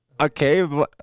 Okay